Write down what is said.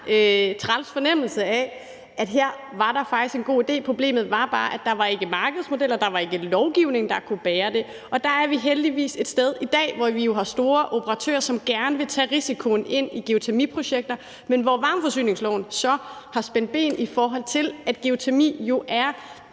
træls fornemmelse af, at her var der faktisk en god idé. Problemet var bare, at der ikke var markedsmodeller, og at der ikke var lovgivning, der kunne bære det. Der er vi heldigvis et sted i dag, hvor vi jo har store operatører, som gerne vil tage risikoen i geotermiprojekter, men hvor varmeforsyningsloven så har spændt ben, i forhold til at geotermi jo er